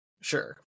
Sure